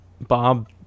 Bob